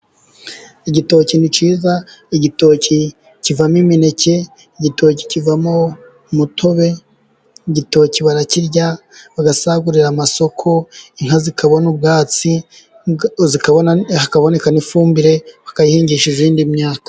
Igitoki ni cyiza. Igito kivamo imeke kivamo umutobe. Igitoki barakirya bagasagurira amasoko, inka zikabona ubwatsi haboneka n'ifumbire bakayihingisha indi myaka.